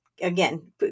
again